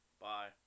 Bye